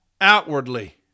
outwardly